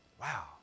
wow